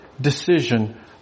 decision